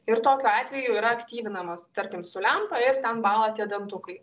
ir tokiu atveju yra aktyvinamas tarkim su lempa ir ten bąla tie dantukai